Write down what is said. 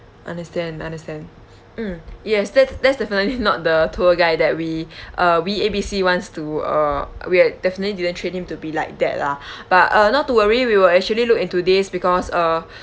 understand understand mm yes that's that's definitely not the tour guide that we uh we A B C wants to uh we definitely didn't train him to be like that lah but uh not to worry we will actually look in this because uh